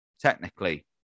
technically